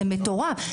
זה מטורף.